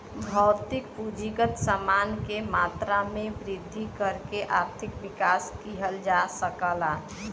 भौतिक पूंजीगत समान के मात्रा में वृद्धि करके आर्थिक विकास किहल जा सकला